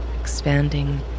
expanding